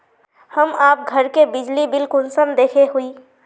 हम आप घर के बिजली बिल कुंसम देखे हुई?